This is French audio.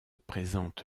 présente